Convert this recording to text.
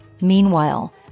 Meanwhile